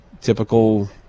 typical